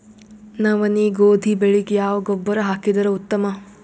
ನವನಿ, ಗೋಧಿ ಬೆಳಿಗ ಯಾವ ಗೊಬ್ಬರ ಹಾಕಿದರ ಉತ್ತಮ?